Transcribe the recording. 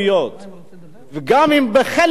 וגם אם בחלק גדול מהוועדה,